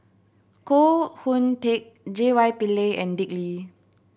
Koh Hoon Teck J Y Pillay and Dick Lee